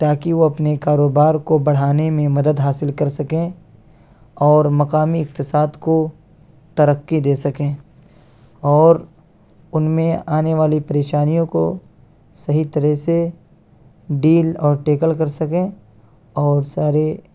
تاکہ وہ اپنے کاروبار کو بڑھانے میں مدد حاصل کر سکیں اور مقامی اقتصاد کو ترقی دے سکیں اور ان میں آنے والی پریشانیوں کو صحیح طرح سے ڈیل اور ٹیکل کر سکیں اور سارے